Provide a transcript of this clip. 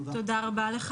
תודה רבה.